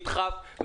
שידחף,